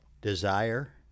Desire